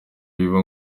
biba